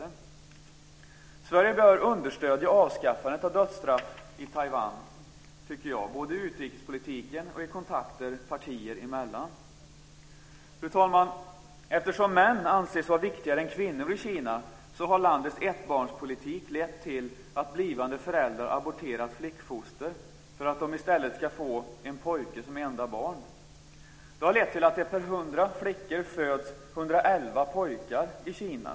Jag tycker att Sverige bör understödja avskaffandet av dödsstraff i Taiwan, både i utrikespolitiken och i kontakter partier emellan. Fru talman! Eftersom män i Kina anses vara viktigare än kvinnor, har landets ettbarnspolitik lett till att blivande föräldrar aborterat flickfoster för att de i stället ska få en pojke som enda barn. Detta har lett till att det per 100 flickor föds 111 pojkar i Kina.